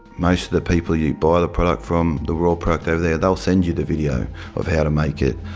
most of the people you buy the product from, the raw product over there, they'll send you the video of how to make it,